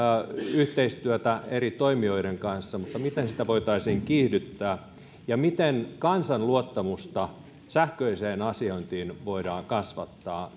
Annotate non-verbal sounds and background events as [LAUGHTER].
yhteistyötä eri toimijoiden kanssa mutta miten sitä voitaisiin kiihdyttää ja miten kansan luottamusta sähköiseen asiointiin voidaan kasvattaa [UNINTELLIGIBLE]